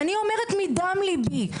ואני אומרת מדם ליבי.